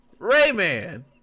Rayman